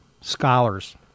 scholars